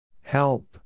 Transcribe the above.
Help